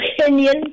opinion